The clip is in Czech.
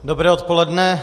Dobré odpoledne.